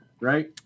right